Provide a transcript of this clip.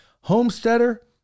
homesteader